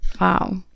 Wow